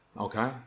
Okay